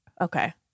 Okay